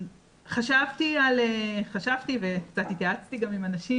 חשבתי וקצת התייעצתי גם עם אנשים,